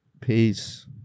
peace